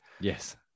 Yes